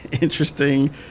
interesting